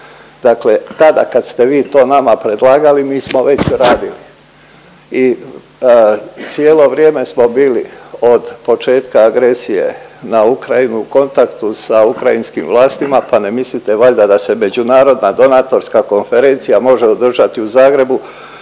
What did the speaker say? Dakle tada kad ste vi to nama predlagali, mi smo već radili i cijelo vrijeme smo bili od početka agresije na Ukrajinu u kontaktu sa ukrajinskim vlastima. Pa ne mislite valjda da se Međunarodna donatorska konferencija može održati u Zagrebu